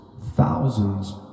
thousands